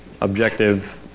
objective